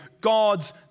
God's